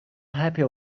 happy